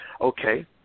Okay